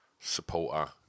supporter